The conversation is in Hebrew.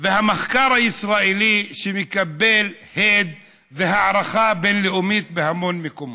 המחקר הישראלי שמקבל הד והערכה בין-לאומית בהמון מקומות,